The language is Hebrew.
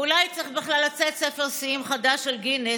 ואולי צריך בכלל לצאת ספר שיאים חדש של גינס